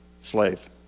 slave